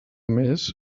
més